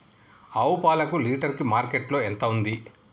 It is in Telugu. ఆవు పాలకు లీటర్ కి మార్కెట్ లో ఎంత ఉంది?